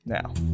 Now